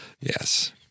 yes